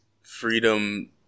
freedom